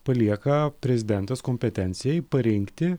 palieka prezidentės kompetencijai parinkti